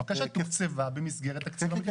בקשה, תוקצבה במסגרת תקציב המדינה.